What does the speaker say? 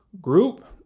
group